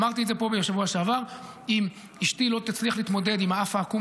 אמרתי את זה פה בשבוע שעבר: אם אשתי לא תצליח להתמודד עם האף העקום